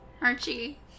Archie